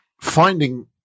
Finding